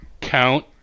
count